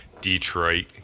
Detroit